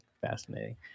Fascinating